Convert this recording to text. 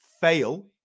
fail